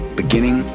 beginning